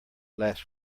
last